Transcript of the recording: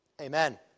amen